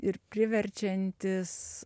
ir priverčiantis